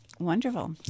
Wonderful